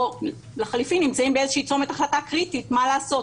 או לחלופין נמצאים באיזשהו צומת החלטה קריטי מה לעשות.